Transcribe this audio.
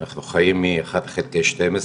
אנחנו חיים מאחד חלקי שתים עשרה,